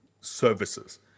services